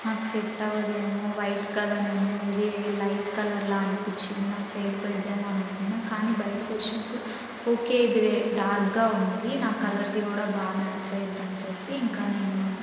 నాకు సెట్ అవ్వదేమో వైట్ కదా నేను ఇది లైట్ కలర్లా అనిపించింది నాకు తెలుపు అవుతద్ది ఏమి అని నాకు అనుకున్నాను కానీ బైటకు వచ్చినప్పుడు ఓకే ఇది డార్క్ గా ఉంది నా కలర్కి కూడా బాగా మ్యాచ్ అయ్యితద్ది అని చెప్పి ఇంకా నేను